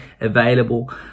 available